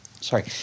sorry